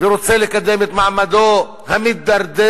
ורוצה לקדם את מעמדו המידרדר,